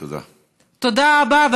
תודה רבה.